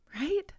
right